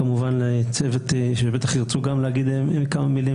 תודה לצוות שאולי ירצה גם הוא לומר כמה מילים,